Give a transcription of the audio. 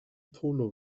polo